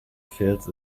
fills